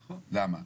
למה?